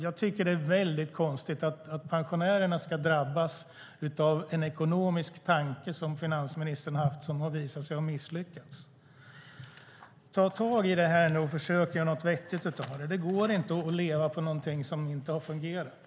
Jag tycker att det är väldigt konstigt att pensionärerna ska drabbas av en ekonomisk tanke, som finansministern haft, som har visat sig ha misslyckats. Ta tag i det här nu, och försök att göra något vettigt av det! Det går inte att leva på någonting som inte har fungerat.